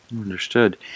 Understood